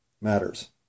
matters